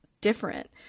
different